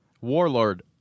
Warlord